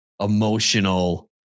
emotional